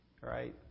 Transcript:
right